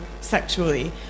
sexually